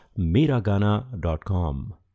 miragana.com